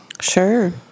Sure